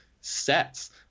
sets